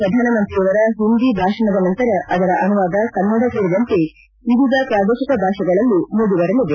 ಪ್ರಧಾನಮಂತ್ರಿಯವರ ಹಿಂದಿ ಭಾಷಣದ ನಂತರ ಅದರ ಅನುವಾದ ಕನ್ನಡ ಸೇರಿದಂತೆ ವಿವಿಧ ಪ್ರಾದೇಶಿಕ ಭಾಷೆಗಳಲ್ಲೂ ಮೂಡಿಬರಲಿದೆ